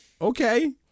Okay